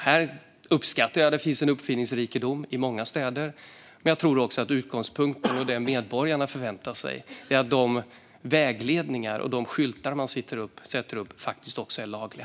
Jag uppskattar att det finns en uppfinningsrikedom i många städer, men jag tror också att utgångspunkten och det medborgarna förväntar sig är att de vägledningar och skyltar som sätts upp också är lagliga.